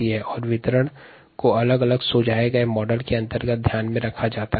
कोशिका के आयु वितरण के संदर्भ में कुछ मॉडल उपलब्ध है